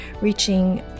reaching